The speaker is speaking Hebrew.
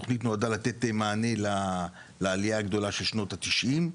התוכנית נועדה לתת מענה לעלייה הגדולה של שנות ה-90',